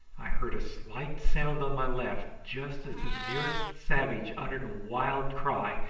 i heard a slight sound on my left just as the nearest savage uttered a wild cry,